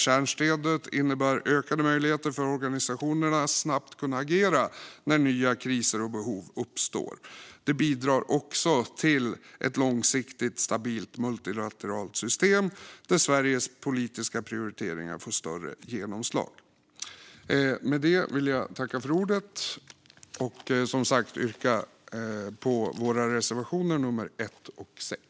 Kärnstödet innebär ökade möjligheter för organisationerna att snabbt agera när nya kriser och behov uppstår. Kärnstöd bidrar också till ett långsiktigt stabilt multilateralt system där Sveriges politiska prioriteringar får större genomslag. Med det vill jag tacka för ordet och som sagt yrka bifall till våra reservationer nummer 1 och 6.